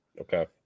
Okay